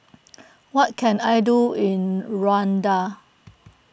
what can I do in Rwanda